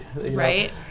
Right